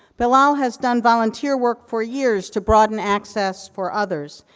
bilal has done volunteer work for years, to broaden access for others,